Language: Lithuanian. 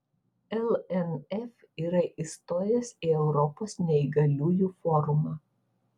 lnf yra įstojęs į europos neįgaliųjų forumą